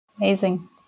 amazing